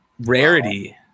rarity